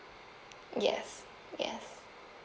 yes yes